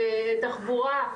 תחבורה,